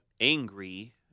angry